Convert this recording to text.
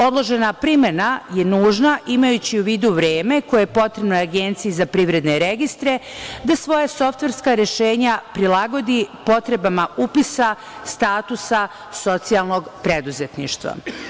Odložena primena je nužna, imajući u vidu vreme koje je potrebno Agenciji za privredne registre da svoja softverska rešenja prilagodi potrebama upisa statusa socijalnog preduzetništva.